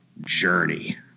journey